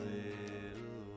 little